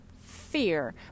fear